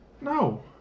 No